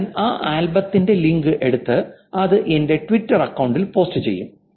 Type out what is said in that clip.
ഞാൻ ആ ആൽബത്തിന്റെ ലിങ്ക് എടുത്തു അത് എന്റെ ട്വിറ്റർ അക്കൌണ്ടിൽ പോസ്റ്റ് ചെയ്യും